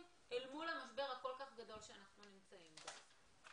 אל מול המשבר הכול כך גדול שאנחנו נמצאים בו.